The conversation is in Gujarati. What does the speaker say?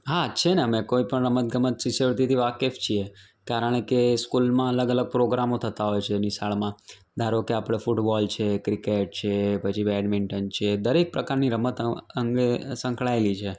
હા છે ને અમે કોઈ પણ રમતગમત શિષ્યવૃતિથી વાકેફ છીએ કારણ કે સ્કૂલમાં અલગ અલગ પ્રોગ્રામો થતા હોય છે નિશાળમાં ધારો કે આપણે ફૂટબૉલ છે ક્રિકેટ છે પછી બેડમિન્ટન છે દરેક પ્રકારની રમત અન અંગે સંકળાયેલી છે